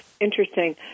interesting